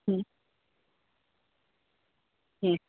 হুম হুম